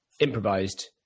improvised